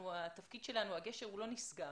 שהגשר לא נסגר.